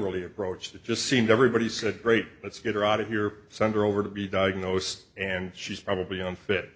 really approached it just seemed everybody said great let's get her out of here center over to be diagnosed and she's probably unfit